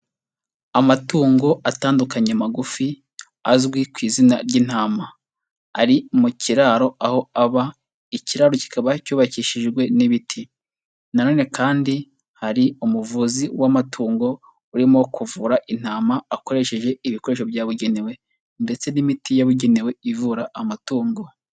Amatungo atandukanye magufi azwi ku izina ry'intama, ari mu kiraro aho aba ikiraro kikaba cyubakishijwe n'ibiti, na none kandi hari umuvuzi w'amatungo urimo kuvura intama akoresheje ibikoresho byabugenewe ndetse n'imiti yabugenewe ivura amatungo.